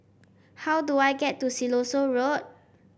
how do I get to Siloso Road